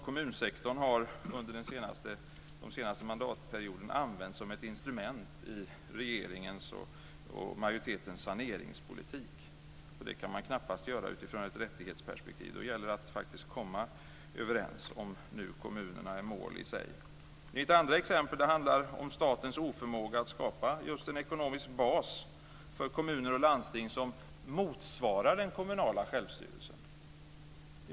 Kommunsektorn har under de senaste mandatperioderna använts som ett instrument i regeringens och majoritetens saneringspolitik. Det kan man knappast göra utifrån ett rättighetsperspektiv. Då gäller det att komma överens, om nu kommunerna är mål i sig. Mitt andra exempel handlar om statens oförmåga att skapa en ekonomisk bas för kommuner och landsting som motsvarar den kommunala självstyrelsen.